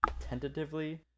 tentatively